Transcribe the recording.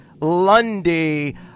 Lundy